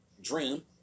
Dream